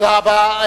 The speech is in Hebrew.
תודה רבה.